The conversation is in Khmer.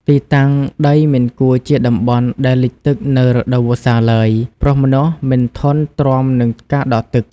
ទីតាំងដីមិនគួរជាតំបន់ដែលលិចទឹកនៅរដូវវស្សាឡើយ ព្រោះម្នាស់មិនធន់ទ្រាំនឹងការដក់ទឹក។